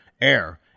air